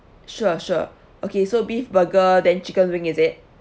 sure sure okay so beef burger then chicken wing is it